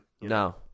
No